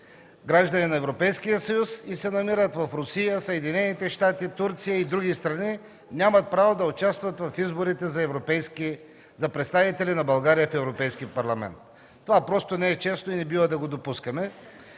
граждани на Европейския съюз и се намират в Русия, Съединените щати, Турция и други страни, нямат право да участват в изборите за представители на България в Европейски парламент. Това просто не е честно и не бива да го допускаме.